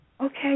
Okay